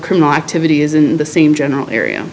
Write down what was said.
criminal activity is in the same general area